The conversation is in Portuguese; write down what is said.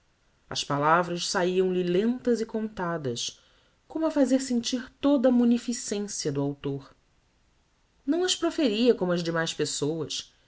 as palavras saíam lhe lentas e contadas como a fazer sentir toda a munificencia do autor não as proferia como as demais pessoas